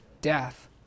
death